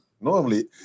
Normally